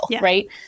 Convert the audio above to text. right